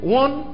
one